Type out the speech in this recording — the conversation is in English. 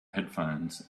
headphones